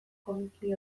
komiki